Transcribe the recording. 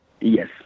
Yes